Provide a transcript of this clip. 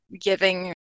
giving